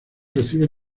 recibe